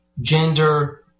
gender